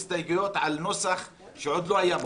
הסתייגויות על נוסח שעוד לא היה מוכן.